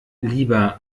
lieber